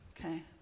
Okay